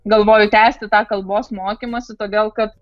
galvoju tęsti tą kalbos mokymąsi todėl kad